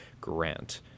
grant